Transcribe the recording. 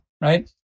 right